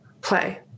Play